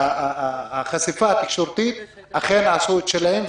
וכן לחשיפה התקשורתית שעשו את שלהן.